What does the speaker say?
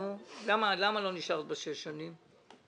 למה לא נשארת בשש שנים?